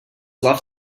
love